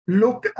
look